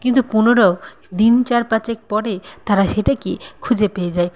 কিন্তু পনেরো দিন চার পাঁচেক পরে তারা সেটাকে খুঁজে পেয়ে যায়